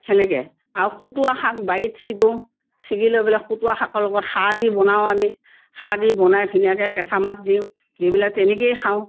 সেনেকে আৰু খুতুৰা শাক বাৰীত ছিঙো ছিঙি লৈ পেলাই খুতুৰা শাকৰ লগত খাৰ দি পেলাই বনাওঁ আমি খাৰ দি বনাই ধুনীয়াকৈ কেঁচা মাছ দি পেলাই তেনেকেই খাওঁ